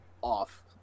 off